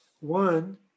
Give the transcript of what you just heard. One